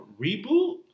reboot